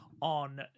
on